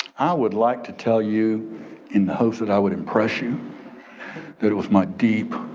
i would like to tell you in the hopes that i would impress you that it was my deep,